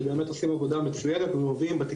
שבאמת עושים עבודה מצוינת ובתיקים